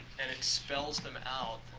and it spells them out,